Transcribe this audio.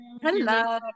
Hello